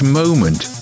moment